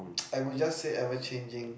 I would just say ever changing